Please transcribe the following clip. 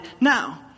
now